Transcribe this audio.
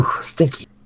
stinky